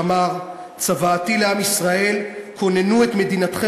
שאמר: "צוואתי לעם ישראל: כוננו את מדינתכם